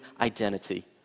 identity